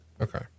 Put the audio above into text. Okay